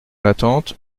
l’attente